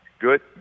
Good